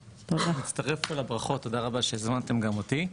אני מצטרף אל הברכות, תודה רבה שהזמנתם גם אותי.